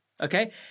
Okay